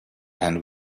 and